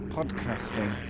Podcasting